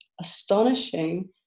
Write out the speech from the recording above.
astonishing